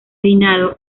peinado